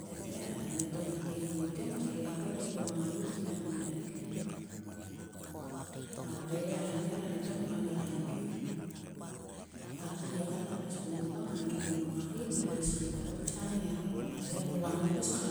Â tete anieto nak keihi mote. Ngot gia kol kael kuo ma ngalout o mia kmenenkim he. a vhoi. a ngaiker a nieto morkam gi kaenkim he. A pye kat va nak pis ku mou va. Endri kumou ngiak keim. Ngatlo is kam ol pis ka nngiar orom. Ngar koul kam pis ka